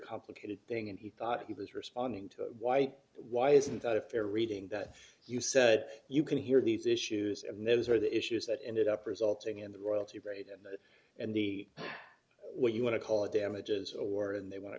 complicated thing and he thought he was responding to white why isn't that a fair reading that you said you can hear these issues and those are the issues that ended up resulting in the royalty rate and that and the what you want to call it damages or and they want to